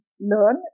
learn